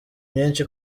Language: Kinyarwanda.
myinshi